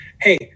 hey